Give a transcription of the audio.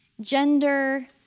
gender